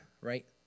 right